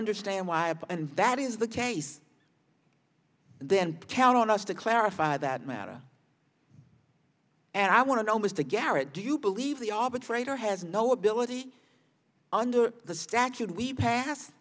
understand why up and that is the case then count on us to clarify that matter and i want to know mr garrett do you believe the arbitrator has no ability under the statute we pass